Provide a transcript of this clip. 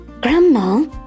grandma